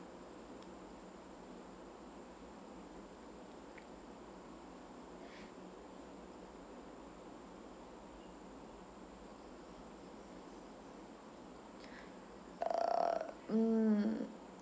uh